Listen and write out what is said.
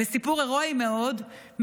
בסיפור הירואי מאוד,